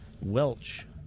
Welch